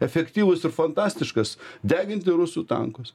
efektyvus ir fantastiškas deginti rusų tankus